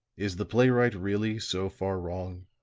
is the playwright really so far wrong?